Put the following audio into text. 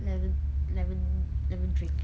lemon lemon lemon drink